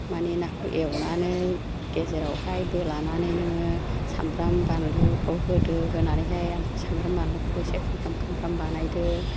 मानि नाखौ एवनानै गेजेरावहाय बोलानानै नोङो सामब्राम बानलुखौ होदो होनानैहाय आमफ्राय सामब्राम बानलुखौबो इसे खामफ्राम खामफ्राम बानायदो